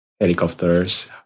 helicopters